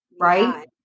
Right